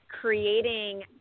creating